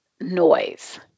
noise